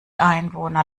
einwohner